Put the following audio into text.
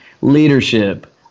leadership